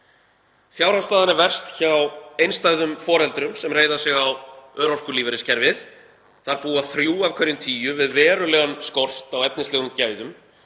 Fjárhagsstaðan er verst hjá einstæðum foreldrum sem reiða sig á örorkulífeyriskerfið. Þar búa þrjú af hverjum tíu við verulegan skort á efnislegum gæðum.